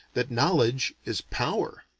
that knowledge is power.